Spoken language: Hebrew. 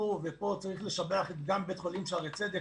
פה צריך לשבח גם את בית החולים שערי צדק,